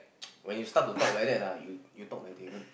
when you start to talk like that ah you you talk like Davon